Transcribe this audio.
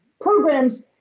programs